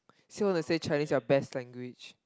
so let's say Chinese your best language